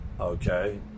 okay